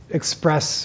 express